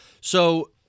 So-